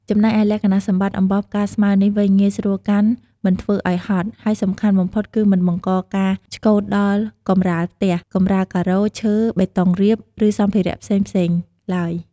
ចំណែកឯលក្ខណៈសម្បត្តិអំបោសផ្កាស្មៅនេះវិញ ងាយស្រួលកាន់ មិនធ្វើឲ្យហត់ ហើយសំខាន់បំផុតគឺមិនបង្កការឆ្កូតដល់កម្រាលផ្ទះ កម្រាលការ៉ូ ឈើ បេតុងរាប ឬសម្ភារៈផ្សេងៗឡើយ។